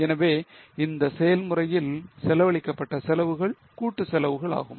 எனவே இந்த செயல்முறையில் செலவழிக்கப்பட்ட செலவுகள் கூட்டு செலவுகள் ஆகும்